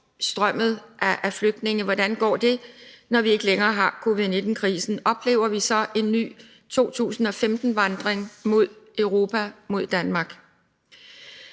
oversvømmet af flygtninge. Hvordan vil det gå, når vi ikke længere har covid-19-krisen? Vil vi så opleve en ny 2015-vandring mod Europa, mod Danmark?